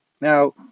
Now